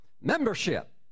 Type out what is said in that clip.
membership